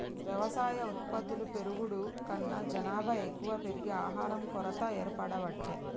వ్యవసాయ ఉత్పత్తులు పెరుగుడు కన్నా జనాభా ఎక్కువ పెరిగి ఆహారం కొరత ఏర్పడబట్టే